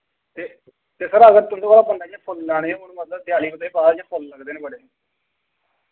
ते ते सर अगर तुं'दे कोला बंदा इ'यां फुल्ल लैने होन मतलब देआली दे बाद च फुल्ल लगदे न बड़े